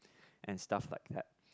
and stuff like that